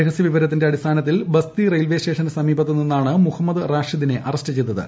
രഹസ്യ വിവരത്തിന്റെ ആട്ടി്സ്ഥാനത്തിൽ ബസ്തി റെയിൽവേ സ്റ്റേഷന് സമീപത്ത് നിന്നാണ് മുഹമ്മദ് റാഷിദിനെ അറസ്റ്റ് ചെയ്തത്